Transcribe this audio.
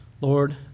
Lord